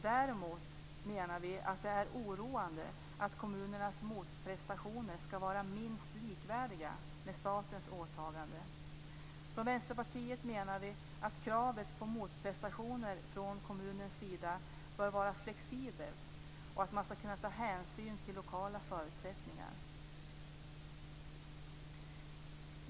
Däremot menar vi att det är oroande att kommunernas motprestationer skall vara minst likvärdiga med statens åtagande. Från Vänsterpartiet menar vi att kravet på motprestationer från kommunens sida bör vara flexibelt och att man skall kunna ta hänsyn till lokala förutsättningar.